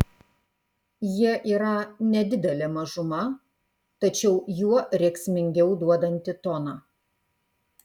jie yra nedidelė mažuma tačiau juo rėksmingiau duodanti toną